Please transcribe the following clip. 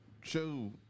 show